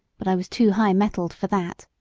but i was too high-mettled for that,